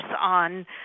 on